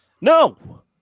No